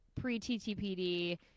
pre-TTPD